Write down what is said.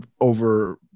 over